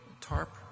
TARP